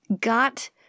got